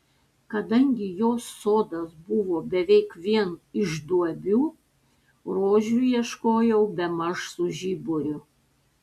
kadangi jos sodas buvo beveik vien iš duobių rožių ieškojau bemaž su žiburiu